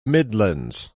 midlands